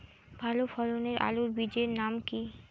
ভালো ফলনের আলুর বীজের নাম কি?